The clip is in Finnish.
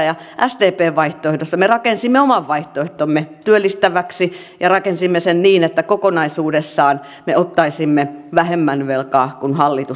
sdpn vaihtoehdossa me rakensimme oman vaihtoehtomme työllistäväksi ja rakensimme sen niin että kokonaisuudessaan me ottaisimme vähemmän velkaa kuin hallitus ottaa